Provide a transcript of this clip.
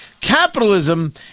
Capitalism